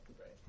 right